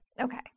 Okay